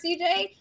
CJ